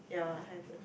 ya haven't